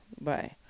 bye